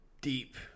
deep